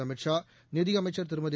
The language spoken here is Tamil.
அமித் ஷா நிதியமைச்சள் திருமதி